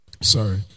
Sorry